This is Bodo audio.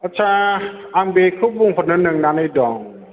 आदसा आं बेखौ बुंहरनो नंनानै दं